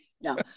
no